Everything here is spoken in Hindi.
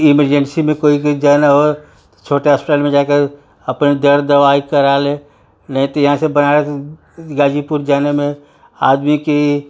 इमरजेंसी में कोई को जाना हो छोटा हॉस्पिटल में जाकर अपने दर दवाई करा ले नहीं तो यहाँ से बनारस गाजीपुर जाने में आदमी की